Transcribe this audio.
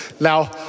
Now